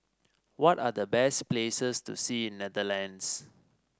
what are the best places to see in Netherlands